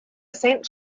saint